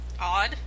Odd